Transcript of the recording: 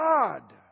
God